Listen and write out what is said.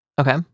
Okay